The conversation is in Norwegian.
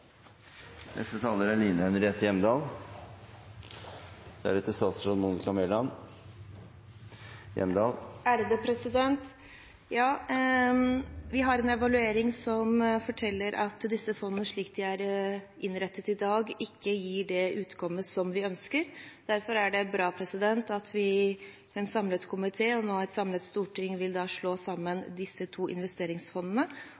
Vi har en evaluering som forteller at disse fondene, slik de er innrettet i dag, ikke gir det utkomme som vi ønsker. Derfor er det bra at en samlet komité, og nå et samlet storting, vil slå